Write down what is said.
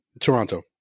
Toronto